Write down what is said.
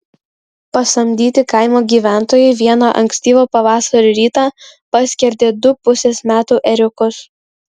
pasamdyti kaimo gyventojai vieną ankstyvo pavasario rytą paskerdė du pusės metų ėriukus